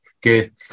good